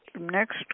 next